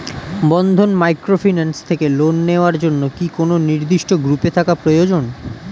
বন্ধন microfinance থেকে loan নেওয়ার জন্য কি কোন নির্দিষ্ট গ্রুপে থাকা প্রয়োজন?